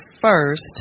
first